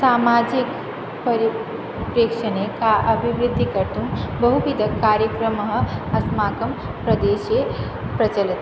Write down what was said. सामाजिकपरिवेक्षणे का अभिवृद्धिः कर्तुं बहुविद कार्यक्रमाः अस्माकं प्रदेशे प्रचलन्ति